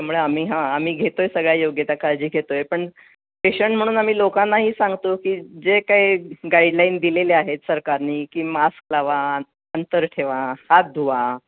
त्यामुळे आम्ही हां आम्ही घेतोय सगळ्या योग्य त्या काळजी घेतोय पण पेशंट म्हणून आम्ही लोकांनाही सांगतो की जे काही गाईडलाईन दिलेले आहेत सरकारने की मास्क लावा अंतर ठेवा हात धुवा